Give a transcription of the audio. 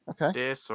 Okay